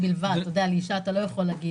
זה בלבד לא, אבל כמכלול כן.